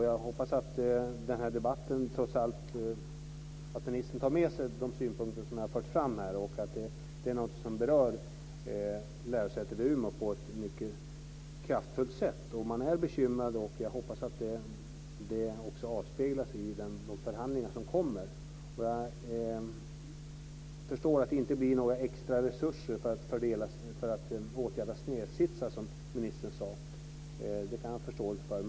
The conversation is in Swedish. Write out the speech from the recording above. Jag hoppas att ministern trots allt tar med sig de synpunkter som jag har fört fram i den här debatten och att det här är något som berör lärosätet i Umeå på ett mycket kraftfullt sätt. Man är bekymrad, och jag jag hoppas att det också avspeglar sig i den förhandlingar som kommer. Jag förstår att det inte blir några extra resurser för att åtgärda snedsitsar, som ministern sade. Det kan jag förstå i så fall.